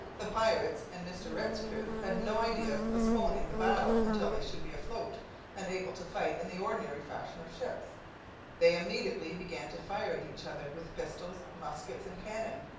the pirates and mr. rhett's crew had no idea of postponing the battle until they should be afloat and able to fight in the ordinary fashion of ships they immediately began to fire at each other with pistols, muskets, and cannon,